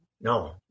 No